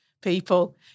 People